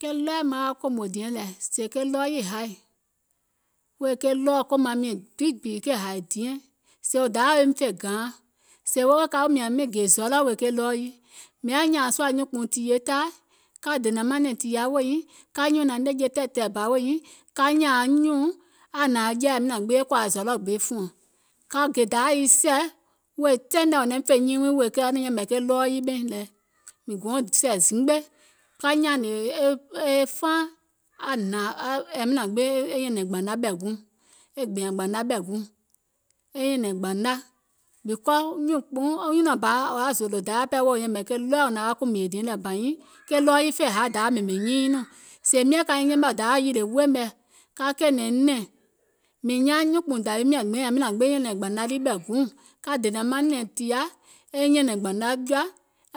Ke ɗɔɔɛ̀ maŋ wa kòmò diɛŋ lɛ̀ sèè ke ɗɔɔ yii haì, wèè ke ɗɔ̀ɔ̀ kòmȧŋ miɛ̀ŋ bibi ke hȧì diɛŋ, sèè dayȧ woum fè gȧȧaŋ, sèè woì ka woò mìȧŋ miŋ gè zɔlɔ̀ wèè ke ɗɔɔ yii, mìŋ yaȧ nyȧȧŋ sùȧ nyùùnkpùùŋ tìyèe taai ka dènȧŋ manɛ̀ŋ tìa weè nyiŋ, ka nyùnȧŋ nɛ̀ŋje tɛ̀ɛ̀tɛ̀ɛ̀ bȧ weè nyiŋ, ka nyȧȧŋ anyùùŋ aŋ hnȧŋ aŋ jɛi yàwi nȧȧŋ gbiŋ eiŋ kòȧ zɔlɔ̀ ge fùùŋ, ka gè e sɛ̀ wèè taìŋ nɛ naim fè nyiiŋ wiiŋ wèè ka yɛ̀mɛ̀ ke ɗɔɔ yii ɓɛìŋ lɛ, mìŋ gòuŋ sɛ̀ zimgbe ka nyȧȧnè e faaŋ aŋ hnȧŋ yȧwi nȧȧŋ gbiŋ e nyɛ̀nɛ̀ŋ gbana ɓɛ̀ guùŋ, e nyɛ̀nɛ̀ŋ gbana because nyùnɔ̀ɔŋ wò yaȧ zòòlò dayȧ wèè wo yɛ̀mɛ̀ ke ɗɔɔɛ̀ wò naŋ wa kùmìè diɛŋ lɛ̀, aŋ bȧ nyiŋ ke ɗɔɔ yii fè haì dayȧ ɓèmè nyiiuŋ nɔɔ̀ŋ, sèè miȧŋ kaiŋ yɛmɛ̀ dayȧ yìlè way mɛ̀, ka kɛ̀ɛ̀nɛ̀ŋ nɛ̀ŋ mìŋ nyaaŋ nyuùnkpùuŋ dawiim nyȧŋ gbiŋ e nyɛ̀nɛ̀ŋ gbana lii ɓɛ̀ guùŋ, ka dènȧŋ manɛ̀ŋ tìa weè nyiŋ, ka nyùnȧŋ nɛ̀ŋje tɛ̀ɛ̀tɛ̀ɛ̀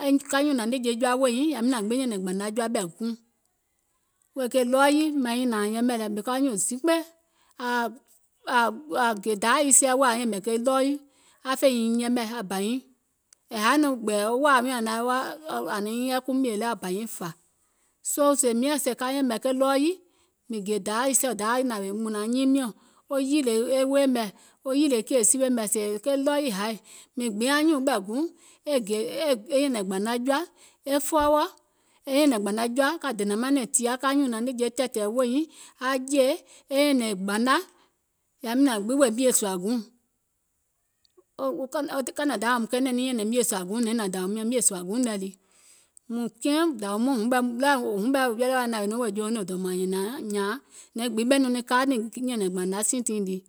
bȧ weè nyiŋ, ka nyȧȧŋ anyùùŋ aŋ hnȧŋ aŋ jɛi yàwi nȧȧŋ gbiŋ eiŋ kòȧ zɔlɔ̀ ge fùùŋ, ka nyùnȧŋ nɛ̀ŋje tɛ̀ɛ̀tɛ̀ɛ̀ bȧ weè nyiŋ, mùŋ kiɛ̀ŋ dawi mɔɔ̀ŋ huŋ ɓɛɛ wò ready wa nȧwèè nɔŋ wèè jouŋ nɛ̀ nyɛ̀iŋ gbiŋ ɓɛìŋ nɔŋ naŋ nyɛ̀nɛ̀ŋ gbana siiŋ tiìŋ nii